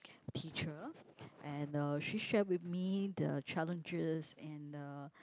teacher and uh she shared with me the challenges and uh